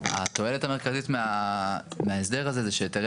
התועלת המרכזית מההסדר הזה זה שהיתרי